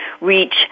reach